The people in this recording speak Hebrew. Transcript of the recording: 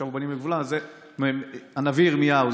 את זה אומר הנביא ירמיהו.